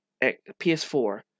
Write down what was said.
PS4